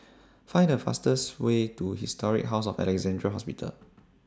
Find The fastest Way to Historic House of Alexandra Hospital